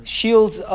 Shields